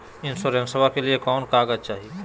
इंसोरेंसबा के लिए कौन कागज चाही?